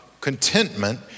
contentment